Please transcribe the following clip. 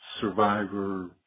survivor